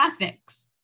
graphics